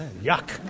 yuck